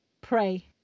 pray